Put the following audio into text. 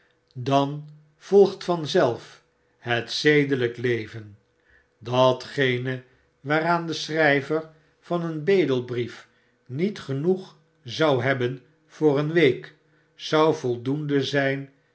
dan volgt vanzelf het zedelyk leven datgene waaraan de schrijver van een bedelbrief niet genoeg zou hebben voor een week zou voldoende zijn